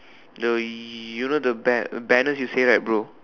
the y~ you know the ban~ banners you said right bro